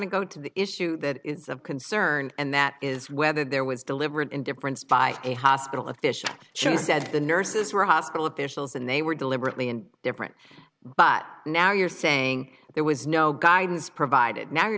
to go to the issue that is of concern and that is whether there was deliberate indifference by a hospital official she said the nurses were hospital officials and they were deliberately in different but now you're saying there was no guidance provided now you're